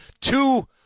Two